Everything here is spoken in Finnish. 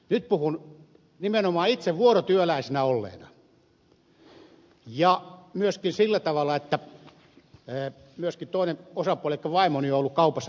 nyt puhun nimenomaan itse vuorotyöläisenä olleena ja sillä tavalla että myöskin toinen osapuoli elikkä vaimoni on ollut kaupassa töissä